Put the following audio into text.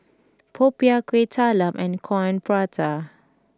Popiah Kueh Talam and Coin Prata